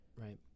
Right